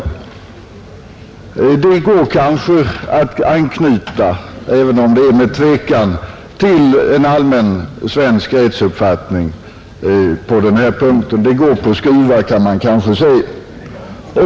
Det går kanske att anknyta, även om det är med tvekan, till en allmän svensk rättsuppfattning på denna punkt. Det går på skruvar, kan man säga.